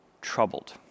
troubled